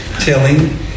telling